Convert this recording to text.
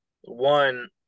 one